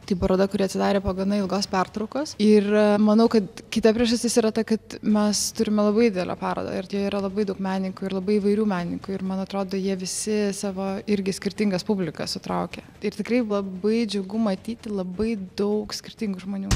tai paroda kuri atsidarė po gana ilgos pertraukos ir manau kad kita priežastis yra ta kad mes turime labai didelę parodą ir joje yra labai daug menininkų ir labai įvairių menininkų ir man atrodo jie visi savo irgi skirtingas publikas sutraukė ir tikrai labai džiugu matyti labai daug skirtingų žmonių